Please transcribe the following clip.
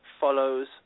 follows